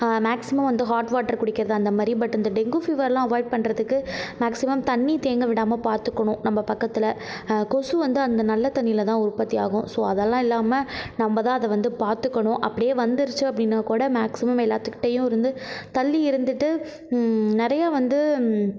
maximum வந்து hot water குடிக்கிறது அந்தமாதிரி பட் இந்த டெங்கு ஃபீவர்லாம் அவாயிட் பண்ணுறத்துக்கு மேக்சிமம் தண்ணிர் தேங்க விடாமல் பாத்துக்கணும் நம்ம பக்கத்தில் கொசு வந்து அந்த நல்ல தண்ணியில் தான் உற்பத்தி ஆகும் ஸோ அதெல்லாம் இல்லாமல் நம்ம தான் அதை வந்து பார்த்துக்கணும் அப்படியே வந்துடுச்சு அப்படின்னா கூட மேக்சிமம் எல்லாத்துக்கிட்டேயும் இருந்து தள்ளி இருந்துகிட்டு நிறைய வந்து